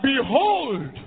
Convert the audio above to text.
behold